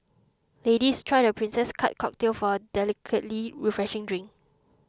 ladies try the Princess Cut cocktail for a delicately refreshing drink